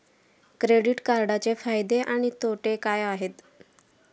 Credit कार्डचे फायदे आणि तोटे काय आहेत?